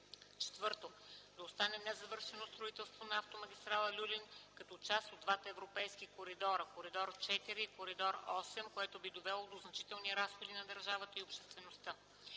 3; - да остане незавършено строителство на автомагистрала „Люлин”, като част от два Европейски коридора – Коридор IV и Коридор VIII, което би довело до значителни разходи за държавата и обществеността.